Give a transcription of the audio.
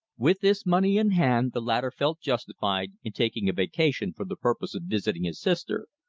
with this money in hand, the latter felt justified in taking a vacation for the purpose of visiting his sister,